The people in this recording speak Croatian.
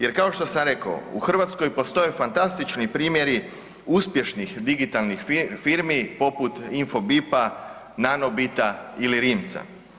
Jer kao što sam rekao u Hrvatskoj postoje fantastični primjeri uspješnih digitalnih firmi poput Infobipa, Nanobita ili Rimca.